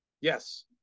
Yes